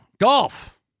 Golf